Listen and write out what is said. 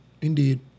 Indeed